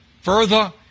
Further